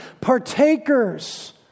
partakers